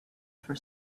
for